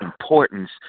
importance